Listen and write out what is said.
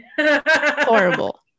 Horrible